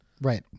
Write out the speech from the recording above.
Right